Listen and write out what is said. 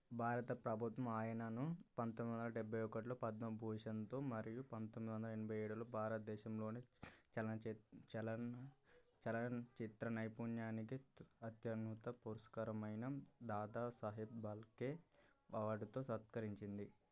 భారత ప్రభుత్వం ఆయనను పంతొమ్మిది వందల డెబ్భై ఒకటిలో పద్మభూషణ్తో మరియు పంతొమ్మిది వందల ఎనభై ఏడులో భారతదేశంలోని చలనచిత్ర చలన చలనచిత్ర నైపుణ్యానికి త్ అత్యంత పురస్కరమైన దాదాసాహెబ్ ఫాల్కే అవార్డుతో సత్కరించింది